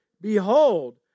Behold